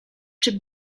czy